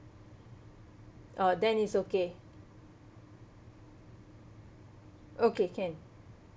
uh then is okay okay can